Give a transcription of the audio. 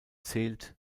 zählt